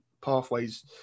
pathways